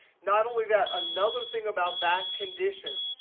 not only that, another thing about that condition,